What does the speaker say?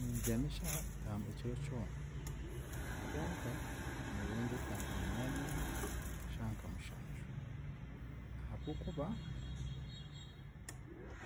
Nimbyama eshaaha itano ekiro kyona, konka, noobiire ndetaaga ngu nyamemu eshaaha nka mushaju ahabw'okuba,